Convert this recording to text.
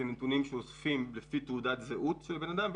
אלה נתונים שאוספים לפי תעודת זהות של אדם,